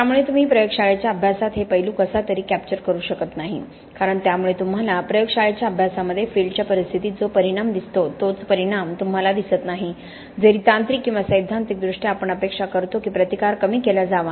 त्यामुळे तुम्ही प्रयोगशाळेच्या अभ्यासात हे पैलू कसा तरी कॅप्चर करू शकत नाही कारण त्यामुळे तुम्हाला प्रयोगशाळेच्या अभ्यासामध्ये फील्डच्या परिस्थितीत जो परिणाम दिसतो तोच परिणाम तुम्हाला दिसत नाही जरी तांत्रिक किंवा सैद्धांतिकदृष्ट्या आपण अपेक्षा करतो की प्रतिकार कमी केला जावा